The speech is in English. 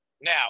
Now